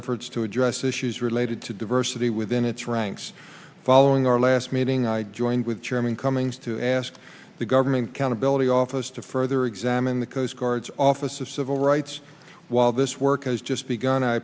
efforts to address issues related to diversity within its ranks following our last meeting i joined with chairman cummings to ask the government accountability office to further examine the coastguards office of civil rights while this work has just begun i